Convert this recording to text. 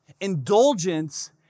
Indulgence